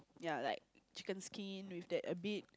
ya like chicken skin with that a bit